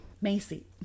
Macy